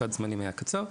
סד הזמנים היה קצר.